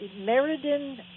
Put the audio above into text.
Meriden